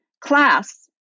class